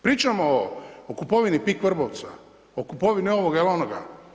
Pričamo o kupovini PIK Vrbovca, o kupovini ovoga ili onoga.